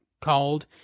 called